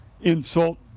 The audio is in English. insult